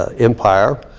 ah empire.